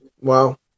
Wow